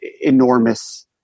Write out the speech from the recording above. enormous